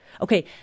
Okay